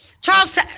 Charles